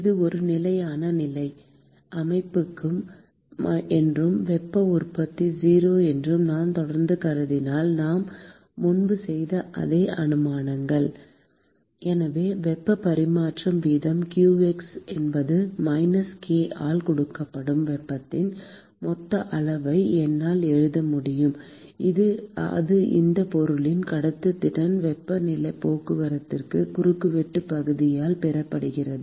இது ஒரு நிலையான நிலை அமைப்பு என்றும் வெப்ப உற்பத்தி 0 என்றும் நான் தொடர்ந்து கருதினால் நாம் முன்பு செய்த அதே அனுமானங்கள் எனவே வெப்பப் பரிமாற்ற வீதம் qx என்பது மைனஸ் k ஆல் கொடுக்கப்படும் வெப்பத்தின் மொத்த அளவை என்னால் எழுத முடியும் இது அந்த பொருளின் கடத்துத்திறன் வெப்பப் போக்குவரத்தின் குறுக்குவெட்டுப் பகுதியால் பெருக்கப்படுகிறது